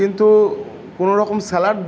কিন্তু কোনোরকম স্যালাড